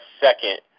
second